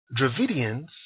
Dravidians